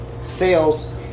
sales